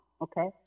okay